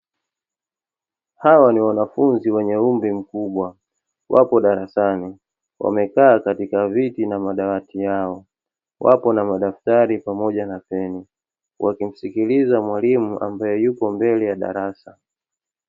Hawa ni wanafunzi wenye umri mkubwa wapo darasani, wamekaa katika viti na madawati yao, wapo na madaftari pamoja na peni wakimsikiliza mwalimu ambaye yupo mbele ya darasa.